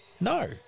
No